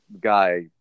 guy